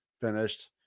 finished